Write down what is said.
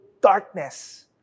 darkness